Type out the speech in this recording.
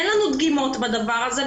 אין לנו דגימות לדבר הזה.